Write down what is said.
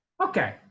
Okay